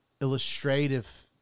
illustrative